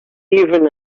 even